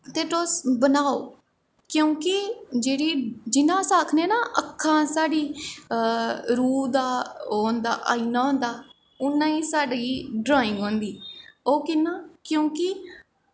ते तुस बनाओ क्योंकि जेह्ड़ी जियां अस आक्खने ना अक्खां साढ़ी रूह् दा ओह् होंदा आईना होंदा उआं गै साढ़ी ड्राईंग होंदी ओह् कियां क्योंकि